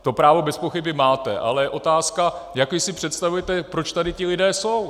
To právo bezpochyby máte, ale je otázka, jak vy si představujete, proč tady ti lidé jsou.